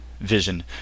vision